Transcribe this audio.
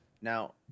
Now